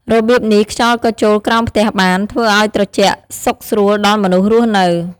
របៀបនេះ ខ្យល់ក៏ចូលក្រោមផ្ទះបាន ធ្វើឲ្យត្រជាក់សុខស្រួលដល់មនុស្សរស់នៅ។